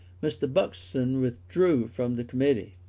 mr. buxton withdrew from the committee,